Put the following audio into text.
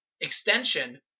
extension